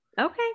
Okay